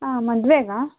ಆಂ ಮದುವೆಗಾ